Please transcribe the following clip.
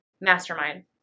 mastermind